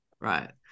right